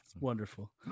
wonderful